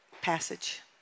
passage